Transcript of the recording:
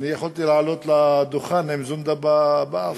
יכולתי לעלות לדוכן עם זונדה באף.